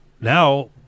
now